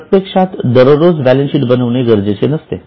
प्रत्यक्षात दररोज बॅलन्सशीट बनविणे गरजेचे नसते